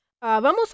Vamos